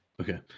Okay